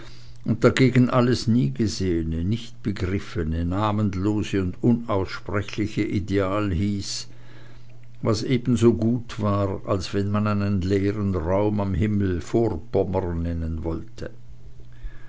und dagegen alles niegesehene nichtbegriffene namenlose und unaussprechliche ideal hieß was ebensogut war als wenn man einen leeren raum am himmel vorpommern nennen wollte